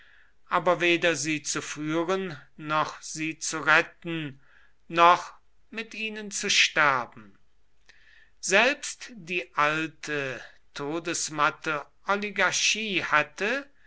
aber weder sie zu führen noch sie zu retten noch mit ihnen zu sterben selbst die alte todesmatte oligarchie hatte